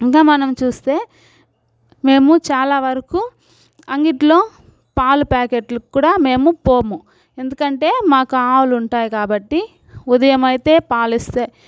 ఇంకా మనం చూస్తే మేము చాలా వరకు అంగిట్లో పాలప్యాకెట్లు కూడా మేము పోము ఎందుకంటే మాకు ఆవులుంటాయి కాబట్టి ఉదయమైతే పాలిస్తాయి